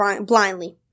blindly